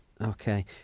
Okay